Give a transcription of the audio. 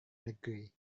negeri